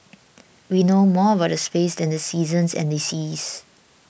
we know more about the space than the seasons and the seas